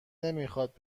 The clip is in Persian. نمیخاد